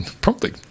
promptly